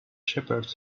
shepherds